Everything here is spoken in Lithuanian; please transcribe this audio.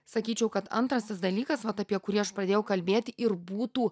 sakyčiau kad antras tas dalykas vat apie kurį aš pradėjau kalbėti ir būtų